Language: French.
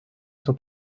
son